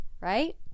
right